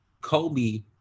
Kobe